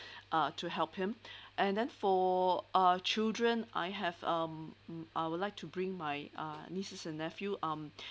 uh to help him and then for uh children I have um I would like to bring my uh nieces and nephew um